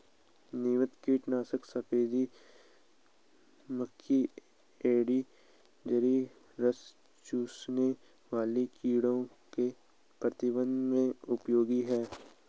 नीमास्त्र कीटनाशक सफेद मक्खी एफिड जसीड रस चूसने वाले कीड़ों के प्रबंधन में उपयोगी है